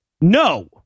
No